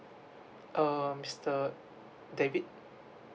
um mister david